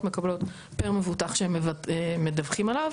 מקבלות פר מבוטח שהן מדווחים עליו.